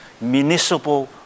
municipal